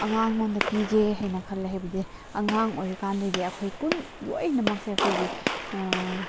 ꯑꯉꯥꯡꯉꯣꯟꯗ ꯄꯤꯒꯦ ꯍꯥꯏꯅ ꯈꯜꯂꯦ ꯍꯥꯏꯕꯗꯤ ꯑꯉꯥꯡ ꯑꯣꯏꯔꯤꯀꯥꯟꯗꯒꯤ ꯑꯩꯈꯣꯏ ꯂꯣꯏꯅꯃꯛꯁꯦ ꯑꯩꯈꯣꯏꯒꯤ